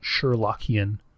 Sherlockian